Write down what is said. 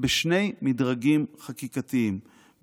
בשני מדרגים חקיקתיים,